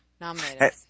nominated